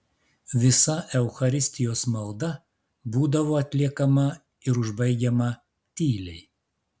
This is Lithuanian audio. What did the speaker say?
visa eucharistijos malda būdavo atliekama ir užbaigiama tyliai